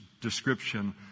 description